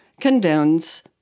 condones